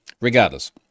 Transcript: Regardless